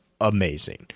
amazing